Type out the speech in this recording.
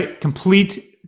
Complete